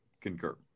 Concur